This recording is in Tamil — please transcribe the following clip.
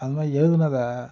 அதுமாதிரி எழுதுனதை